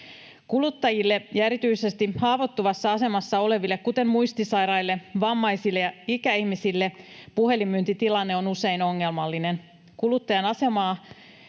Kuluttajille ja erityisesti haavoittuvassa asemassa oleville, kuten muistisairaille, vammaisille ja ikäihmisille, puhelinmyyntitilanne on usein ongelmallinen. Kuluttajan asemaa